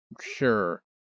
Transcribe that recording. Sure